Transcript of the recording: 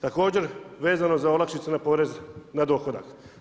Također, vezano uz olakšicu na porez na dohodak.